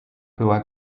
była